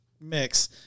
mix